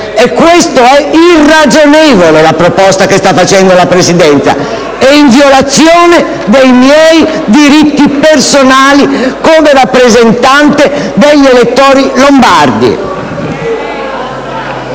È irragionevole la proposta che sta facendo la Presidenza: é in violazione dei miei diritti personali come rappresentante degli elettori lombardi.